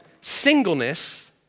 singleness